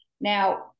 now